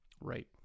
Right